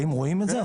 אם רואים את זה,